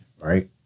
right